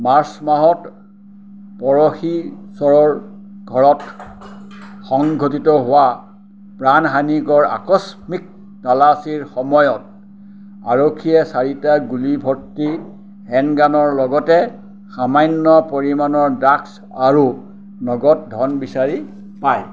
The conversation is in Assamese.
মাৰ্চ মাহত পৰখিচৰৰ ঘৰত সংঘটিত হোৱা প্ৰাণহানিকৰ আকস্মিক তালাচীৰ সময়ত আৰক্ষীয়ে চাৰিটা গুলি ভৰ্তি হেণ্ডগানৰ লগতে সামান্য পৰিমাণৰ ড্ৰাগছ আৰু নগদ ধন বিচাৰি পায়